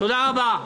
תודה רבה.